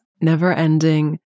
never-ending